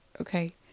okay